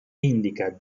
indica